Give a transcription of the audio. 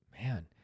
Man